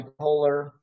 bipolar